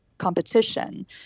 competition